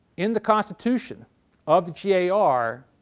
in the constitution of the yeah ah gar,